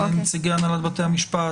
לנציגי הנהלת בתי המשפט,